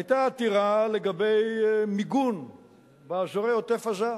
היתה עתירה לגבי מיגון באזורי עוטף-עזה,